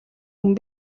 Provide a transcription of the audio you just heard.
хүн